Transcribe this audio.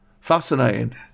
Fascinating